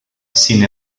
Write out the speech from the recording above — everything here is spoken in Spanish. sin